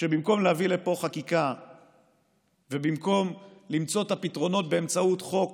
שבמקום להביא לפה חקיקה ובמקום למצוא את הפתרונות באמצעות חוק